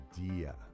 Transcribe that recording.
idea